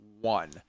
one